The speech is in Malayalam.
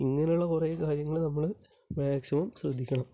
ഇങ്ങനെയുള്ള കുറേ കാര്യങ്ങൾ നമ്മൾ മാക്സിമം ശ്രദ്ധിക്കണം